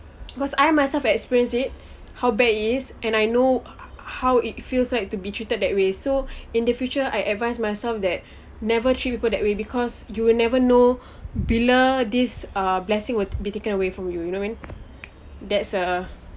because I myself experienced it how bad it is and I know how it feels like to be treated that way so in the future I advise myself that never treat people that way because you will never know bila this uh blessing will be taken away from you you know what I mean that's uh